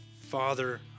Father